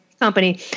company